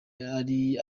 yari